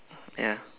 ya